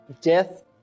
death